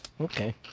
Okay